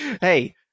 Hey